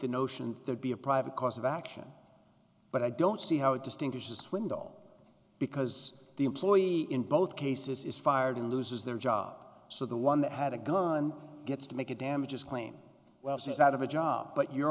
the notion that be a private cause of action but i don't see how it distinguishes swindle because the employee in both cases is fired and loses their job so the one that had a gun gets to make a damages claim well she's out of a job but your